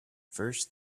first